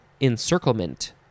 encirclement